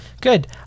Good